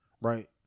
right